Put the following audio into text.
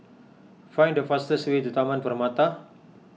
find the fastest way to Taman Permata